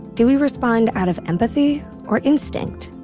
do we respond out of empathy or instinct?